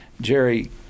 Jerry